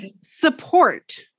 support